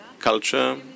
Culture